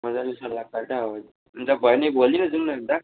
मज्जाले सल्लाह गरेर अब हुन्छ भयो भने भोलि नै जाउँ न अन्त